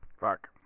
Fuck